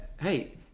hey